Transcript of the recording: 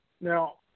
Now